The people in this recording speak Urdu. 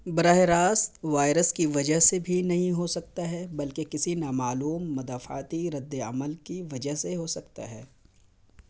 براہ راست وائرس کی وجہ سے بھی نہیں ہو سکتا ہے بلکہ کسی نامعلوم مدافعتی ردعمل کی وجہ سے ہو سکتا ہے